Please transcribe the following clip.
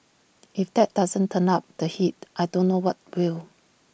if that doesn't turn up the heat I don't know what will